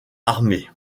armé